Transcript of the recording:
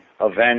event